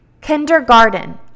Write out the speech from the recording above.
kindergarten